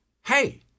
hey